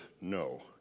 no